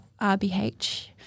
RBH